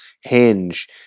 Hinge